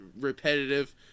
repetitive